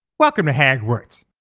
welcome to hogwarts!